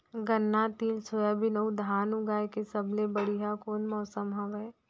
गन्ना, तिल, सोयाबीन अऊ धान उगाए के सबले बढ़िया कोन मौसम हवये?